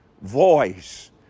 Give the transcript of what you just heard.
voice